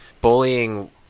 Bullying